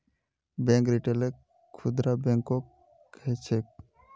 bank रिटेलक खुदरा बैंको कह छेक